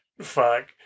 Fuck